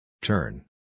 Turn